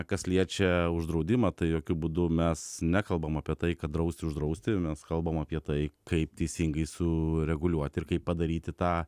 kas liečia uždraudimą tai jokiu būdu mes nekalbam apie tai kad drausti uždrausti mes kalbame apie tai kaip teisingai sureguliuoti ir kaip padaryti tą